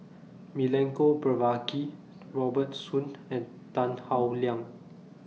Milenko Prvacki Robert Soon and Tan Howe Liang